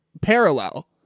parallel